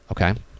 Okay